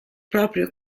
proprio